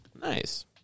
Nice